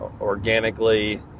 organically